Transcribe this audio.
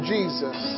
Jesus